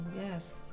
yes